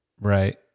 Right